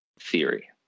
theory